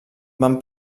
van